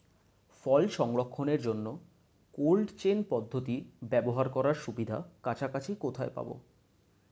ফল সংরক্ষণের জন্য cold chain পদ্ধতি ব্যবহার করার সুবিধা কাছাকাছি কোথায় পাবো?